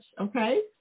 Okay